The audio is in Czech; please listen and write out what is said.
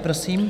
Prosím.